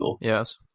Yes